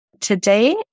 today